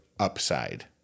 upside